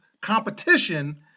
competition